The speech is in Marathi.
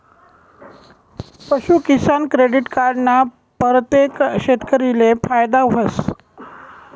पशूकिसान क्रेडिट कार्ड ना परतेक शेतकरीले फायदा व्हस